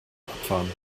abfahren